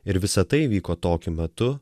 ir visa tai vyko tokiu metu